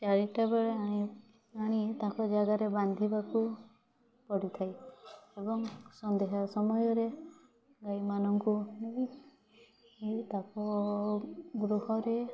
ଚାରିଟା ବେଳେ ଆଣି ତାଙ୍କ ଜାଗାରେ ବାନ୍ଧିବାକୁ ପଡ଼ିଥାଏ ଏବଂ ସନ୍ଧ୍ୟା ସମୟରେ ଗାଈମାନଙ୍କୁ ତାଙ୍କ ଗୃହରେ